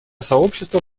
сообщество